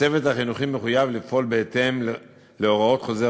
הצוות החינוכי מחויב לפעול בהתאם להוראות חוזר